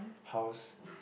house